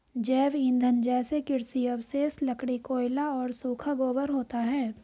जैव ईंधन जैसे कृषि अवशेष, लकड़ी, कोयला और सूखा गोबर होता है